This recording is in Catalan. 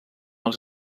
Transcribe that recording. als